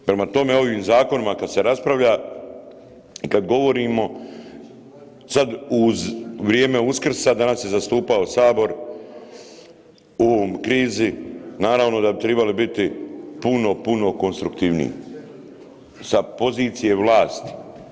Prema tome o ovim zakonima kad se raspravlja i kad govorimo sad uz u vrijeme Uskrsa danas je zastupao sabor u ovoj krizi naravno da bi trebali biti puno, puno konstruktivniji sa pozicije vlasti.